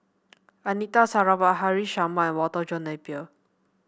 Anita Sarawak Haresh Sharma and Walter John Napier